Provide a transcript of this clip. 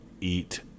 eat